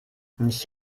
ich